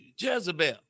Jezebel